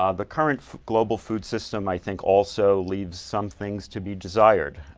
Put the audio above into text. um the current global food system i think also leaves some things to be desired.